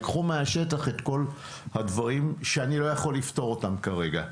ייקחו מהשטח את כל הדברים שאני לא יכול לפתור אותם כרגע.